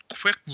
quick